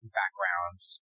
backgrounds